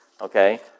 okay